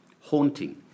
Haunting